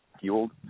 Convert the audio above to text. fueled